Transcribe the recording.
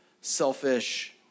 selfish